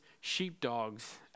sheepdogs